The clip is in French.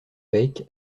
bec